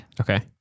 Okay